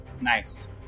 Nice